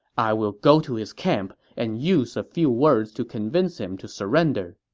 i will go to his camp and use a few words to convince him to surrender.